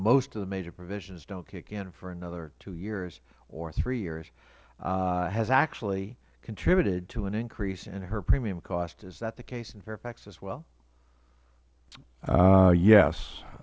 most of the major provisions dont kick in for another two years or three years has actually contributed to an increase in her premium cost is that the case in fairfax as well